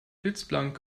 blitzblank